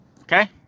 Okay